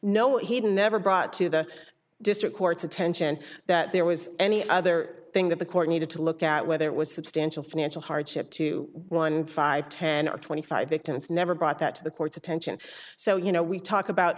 no he never brought to the district court's attention that there was any other thing that the court needed to look at where there was substantial financial hardship to one five ten or twenty five victims never brought that to the court's attention so you know we talk about